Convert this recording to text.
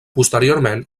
posteriorment